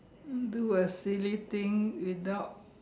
do a silly thing without